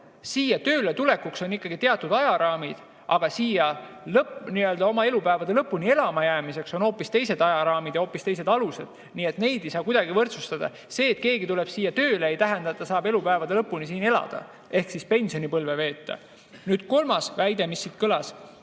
Siia tööle tulekuks on teatud ajaraamid, aga siia oma elupäevade lõpuni elama jäämiseks on hoopis teised ajaraamid ja hoopis teised alused. Neid ei saa kuidagi võrdsustada. See, et keegi tuleb siia tööle, ei tähenda, et ta saab elupäevade lõpuni siin elada ehk pensionipõlve veeta. Kolmas väide, mis kõlas.